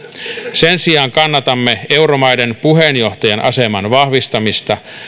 sen sijaan kannatamme euromaiden puheenjohtajan aseman vahvistamista